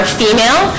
female